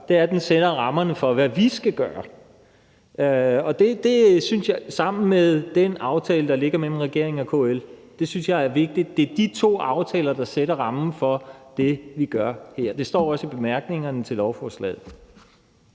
gør, er, at den sætter rammerne for, hvad vi skal gøre, sammen med den aftale, der ligger mellem regeringen og KL. Det synes jeg er vigtigt. Det er de to aftaler, der sætter rammen for det, vi gør her. Det står også i bemærkningerne til lovforslaget.